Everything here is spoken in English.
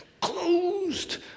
closed